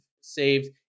saved